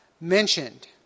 mentioned